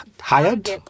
Hired